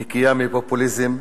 נקייה מפופוליזם.